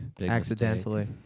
Accidentally